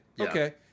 Okay